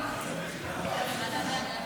נתקבלה.